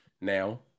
now